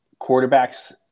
quarterbacks